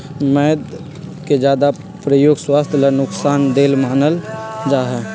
मैद के ज्यादा प्रयोग स्वास्थ्य ला नुकसान देय मानल जाहई